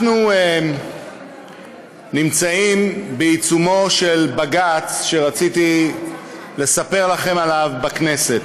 אנחנו נמצאים בעיצומו של בג"ץ שרציתי לספר לכם עליו בכנסת.